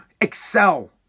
excel